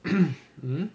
um